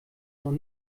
noch